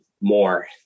more